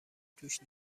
توش